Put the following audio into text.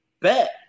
bet